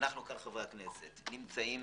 כאן חברי הכנסת נמצאים